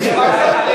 מה?